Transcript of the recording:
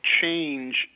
change